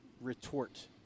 retort